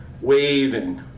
waving